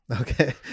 okay